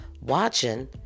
watching